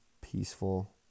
peaceful